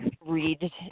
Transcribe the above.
read